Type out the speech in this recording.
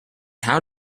how